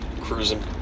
cruising